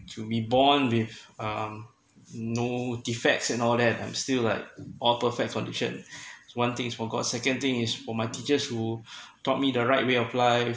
to be born with um no defects and all that and I'm still like all perfect condition one thing is for god second thing is for my teachers who taught me the right way of life